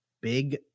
big